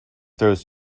throws